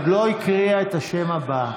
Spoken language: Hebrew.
עוד לא הקריאה את השם הבא.